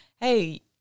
Hey